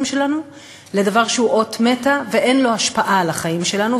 שלנו לדבר שהוא אות מתה ואין לו השפעה על החיים שלנו,